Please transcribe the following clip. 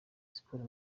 siporo